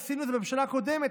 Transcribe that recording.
עשינו את זה בממשלה הקודמת,